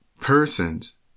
persons